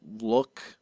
look